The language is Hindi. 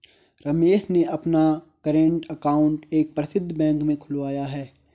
रमेश ने अपना कर्रेंट अकाउंट एक प्रसिद्ध बैंक में खुलवाया है